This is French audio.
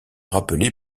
rappelé